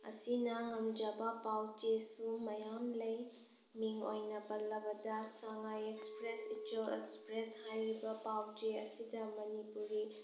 ꯑꯁꯤꯅ ꯉꯝꯖꯕ ꯄꯥꯎꯆꯦꯁꯨ ꯃꯌꯥꯝ ꯂꯩ ꯃꯤꯡ ꯑꯣꯏꯅ ꯄꯜꯂꯕꯗ ꯁꯉꯥꯏ ꯑꯦꯛꯁꯄ꯭ꯔꯦꯁ ꯏꯆꯦꯜ ꯑꯦꯛꯁꯄ꯭ꯔꯦꯁ ꯍꯥꯏꯔꯤꯕ ꯄꯥꯎ ꯆꯦ ꯑꯁꯤꯗ ꯃꯅꯤꯄꯨꯔꯤ